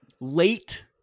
late